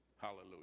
Hallelujah